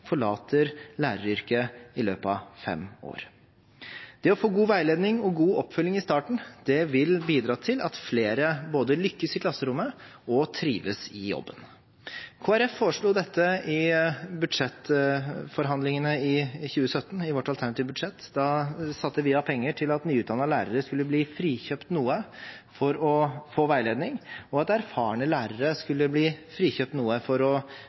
forlater læreryrket i løpet av fem år. Det å få god veiledning og god oppfølging i starten vil bidra til at flere både lykkes i klasserommet og trives i jobben. Kristelig Folkeparti foreslo dette i budsjettforhandlingene i 2017 – i vårt alternative budsjett. Da satte vi av penger til at nyutdannede lærere skulle bli frikjøpt noe for å få veiledning, og at erfarne lærere skulle bli frikjøpt noe for å